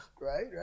Right